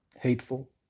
Hateful